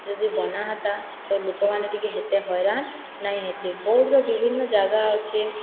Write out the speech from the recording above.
ଯଦି ବନା ହେତା ତ ଲୋକମାନେ ଟିକିଏ ଏତେ ହଇରାଣ ନାଇଁ ହେତି ବୌଦର ବିଭିନ୍ନ ଜାଗା ଅଛେ